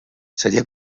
seria